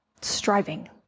striving